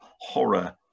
horror